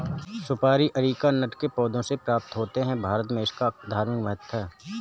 सुपारी अरीकानट के पौधों से प्राप्त होते हैं भारत में इसका धार्मिक महत्व है